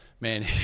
Man